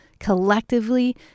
collectively